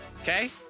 okay